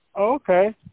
Okay